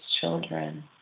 children